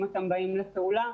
אם אתם באים לפעולה,